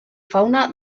fauna